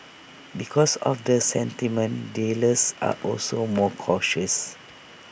because of the sentiment dealers are also more cautious